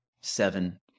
seven